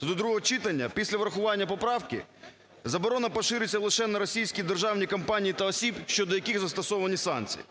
до другого читання після врахування поправки заборона поширюється лише на російські державні компанії та осіб, щодо яких застосовані санкції.